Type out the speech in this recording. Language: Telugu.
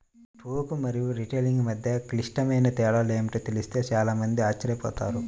టోకు మరియు రిటైలింగ్ మధ్య క్లిష్టమైన తేడాలు ఏమిటో తెలిస్తే చాలా మంది ఆశ్చర్యపోతారు